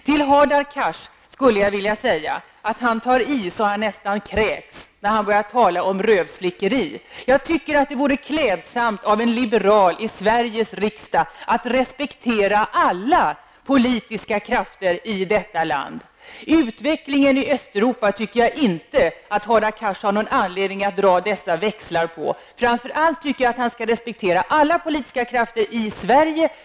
Till Hadar Cars skulle jag vilja säga att han tar i så att han nästan kräks när han börjar tala om rövslickeri. Jag tycker att det vore klädsamt av en liberal i Sveriges riksdag att respektera alla politiska krafter i detta land. Jag tycker inte att Hadar Cars har någon anledning att dra dessa växlar på utvecklingen i Östeuropa. Framför allt tycker jag att han skall respektera alla politiska krafter i Sverige.